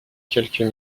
quelques